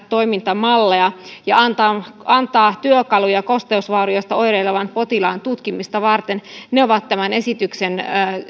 toimintamalleja ja antaa antaa työkaluja kosteusvaurioista oireilevan potilaan tutkimista varten ne ovat tämän esityksen